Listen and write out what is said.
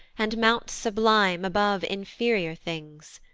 and mounts sublime above inferior things.